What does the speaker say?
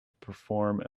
perform